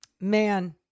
Man